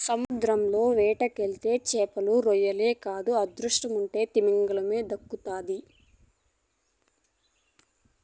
సముద్రంల వేటకెళ్తే చేపలు, రొయ్యలే కాదు అదృష్టముంటే తిమింగలం దక్కతాది